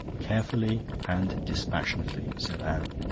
carefully and dispassionately, said anne.